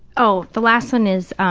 oh, the last one is,